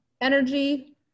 energy